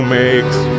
makes